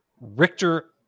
Richter